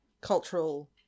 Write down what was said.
cultural